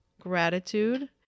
gratitude